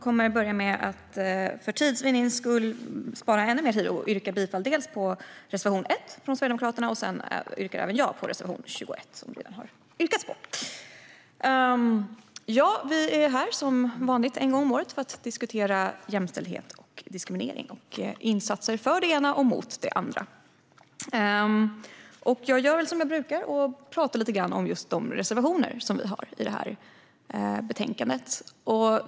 Fru talman! För tids vinnande yrkar jag bifall till reservation 1 från Sverigedemokraterna. Sedan yrkar även jag bifall till reservation 21, som det tidigare har gjorts. Vi är här en gång om året för att diskutera jämställdhet och diskriminering och insatser för det ena och mot det andra. Jag gör väl som jag brukar och talar lite grann om de reservationer som vi har i betänkandet.